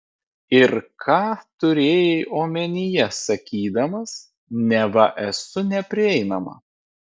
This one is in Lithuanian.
ir ką turėjai omenyje sakydamas neva esu neprieinama